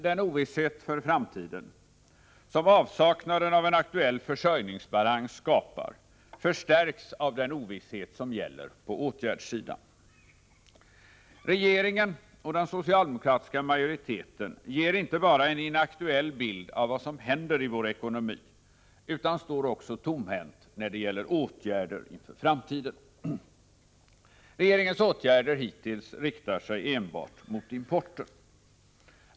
Den ovisshet för framtiden som avsaknaden av en aktuell försörjningsbalans skapar förstärks av den ovisshet som gäller på åtgärdssidan. Regeringen och den socialdemokratiska majoriteten ger inte bara en inaktuell bild av vad som händer i vår ekonomi utan står också tomhänt när det gäller åtgärder inför framtiden. Regeringens åtgärder hittills riktar sig enbart mot importen.